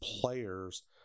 players